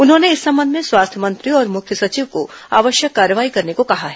उन्होंने इस संबंध में स्वास्थ्य मंत्री और मुख्य सचिव को आवश्यक कार्यवाही करने को कहा है